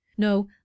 No